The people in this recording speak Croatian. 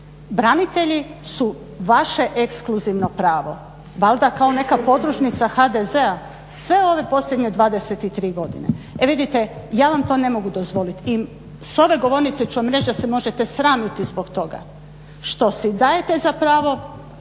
Branitelji su vaše ekskluzivno pravo, valjda kao neka podružnica HDZ-a sve ove posljednje 23 godine. E vidite, ja vam to ne mogu dozvoliti i s ove govornice ću vam reći da se možete sramiti zbog toga što si dajete za pravo